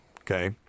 Okay